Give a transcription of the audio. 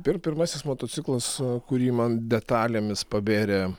pir pirmasis motociklas kurį man detalėmis pabėrė